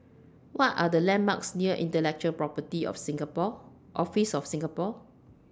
What Are The landmarks near Intellectual Property of Singapore Office of Singapore